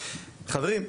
חברים,